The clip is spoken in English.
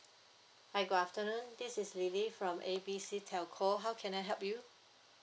hi good afternoon this is lily from A B C telco how can I help you